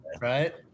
right